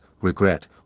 regret